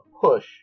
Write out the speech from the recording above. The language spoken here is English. push